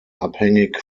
abhängig